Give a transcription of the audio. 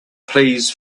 please